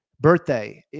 birthday